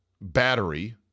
battery